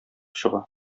чыга